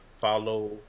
follow